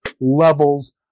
levels